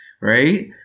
right